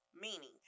meaning